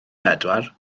bedwar